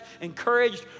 encouraged